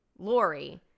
Lori